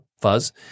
fuzz